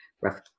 rough